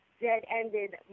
dead-ended